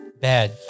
bad